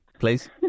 Please